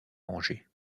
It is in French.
angers